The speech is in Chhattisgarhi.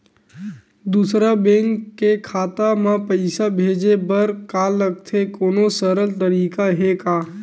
दूसरा बैंक के खाता मा पईसा भेजे बर का लगथे कोनो सरल तरीका हे का?